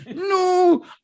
No